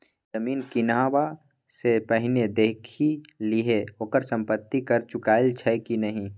जमीन किनबा सँ पहिने देखि लिहें ओकर संपत्ति कर चुकायल छै कि नहि?